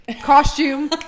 Costume